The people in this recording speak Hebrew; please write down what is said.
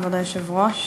כבוד היושב-ראש,